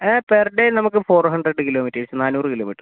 per day നമുക്ക് four hundred kilometres നാനൂറ് kilometre